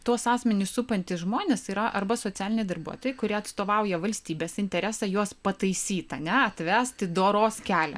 tuos asmenis supantys žmonės yra arba socialiniai darbuotojai kurie atstovauja valstybės interesą juos pataisyt ane atvest į doros kelią